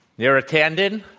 neera tanden.